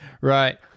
Right